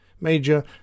Major